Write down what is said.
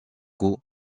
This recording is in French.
coup